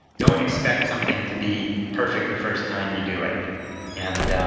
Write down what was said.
don't expect something to be perfect the first time you do it and um